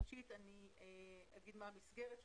ראשית אגיד מה מסגרת הדיווח.